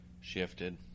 shifted